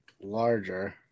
larger